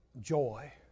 Joy